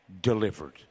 delivered